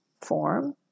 form